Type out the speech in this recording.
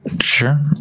Sure